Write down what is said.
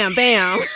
bam, bam.